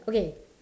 okay